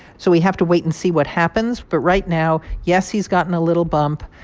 so we have to wait and see what happens. but right now, yes, he's gotten a little bump,